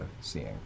seeing